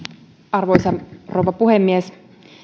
arvoisa rouva puhemies